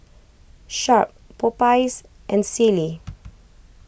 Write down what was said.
Sharp Popeyes and Sealy